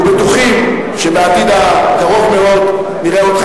ובטוחים שבעתיד הקרוב מאוד נראה אותך